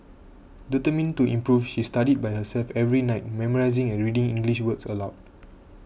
determined to improve she studied by herself every night memorising and reading English words aloud